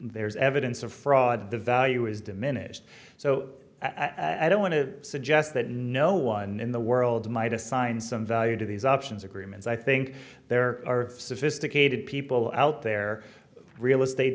there's evidence of fraud the value is diminished so i don't want to suggest that no one in the world might assign some value to these options agreements i think there are sophisticated people out there real estate